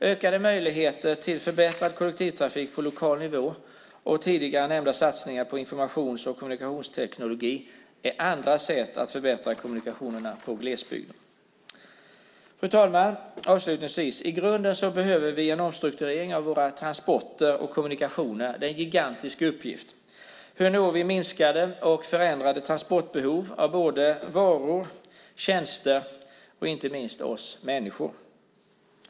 Ökade möjligheter till förbättrad kollektivtrafik på lokal nivå och tidigare nämnda satsningar på informations och kommunikationsteknologi är andra sätt att förbättra kommunikationerna i glesbygden. Avslutningsvis, fru talman, vill jag säga att vi i grunden behöver en omstrukturering av våra transporter och kommunikationer. Det är en gigantisk uppgift. Hur når vi minskade och förändrade transportbehov av både varor, tjänster och inte minst oss människor?